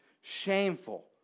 shameful